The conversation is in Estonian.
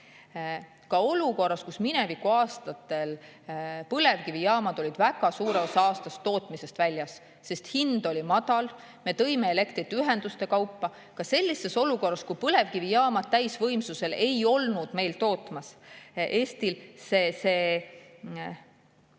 sekkuma. Ka minevikuaastatel, kui põlevkivijaamad olid väga suure osa aastast tootmisest väljas, sest hind oli madal, me tõime elektrit siia ühenduste kaudu, ka sellises olukorras, kus põlevkivijaamad täisvõimsusel ei olnud tootmas, oli Eestis see